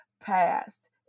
passed